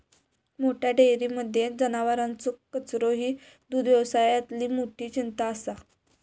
मोठ्या डेयरींमध्ये जनावरांचो कचरो ही दुग्धव्यवसायातली मोठी चिंता असा